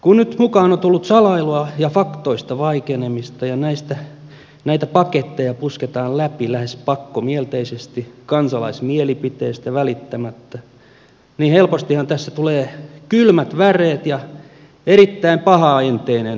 kun nyt mukaan on tullut salailua ja faktoista vaikenemista ja näitä paketteja pusketaan läpi lähes pakkomielteisesti kansalaismielipiteistä välittämättä niin helpostihan tässä tulee kylmät väreet ja erittäin pahaenteinen olo